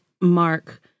Mark